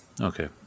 Okay